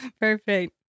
perfect